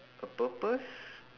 a purpose